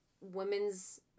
women's